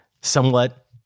somewhat